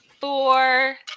four